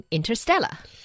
Interstellar